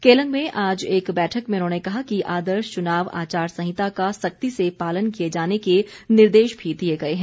केलंग में आज एक बैठक में उन्होंने कहा कि आदर्श चुनाव आचार संहिता का सख्ती से पालन किए जाने के निर्देश भी दिए गए हैं